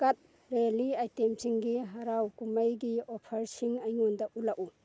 cutlery ꯑꯥꯏꯇꯦꯝꯁꯤꯡꯒꯤ ꯍꯔꯥꯎ ꯀꯨꯝꯍꯩꯒꯤ ꯑꯣꯐꯔꯁꯤꯡ ꯑꯩꯉꯣꯟꯗ ꯎꯠꯂꯛꯎ